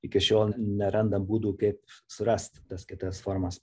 iki šiol nerandam būdų kaip surast tas kitas formas